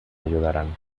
ayudarán